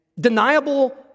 deniable